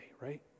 right